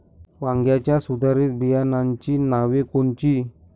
वांग्याच्या सुधारित बियाणांची नावे कोनची?